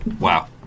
Wow